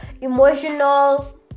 emotional